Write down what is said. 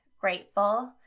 grateful